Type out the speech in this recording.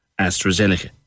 AstraZeneca